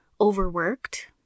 overworked